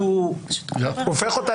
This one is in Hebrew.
הופך אותה